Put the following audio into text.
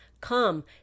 come